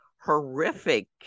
horrific